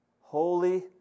holy